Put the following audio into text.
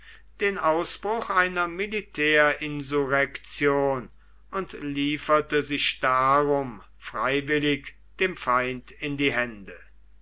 den ausbruch einer militärinsurrektion und lieferte sich darum freiwillig dem feind in die hände